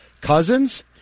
Cousins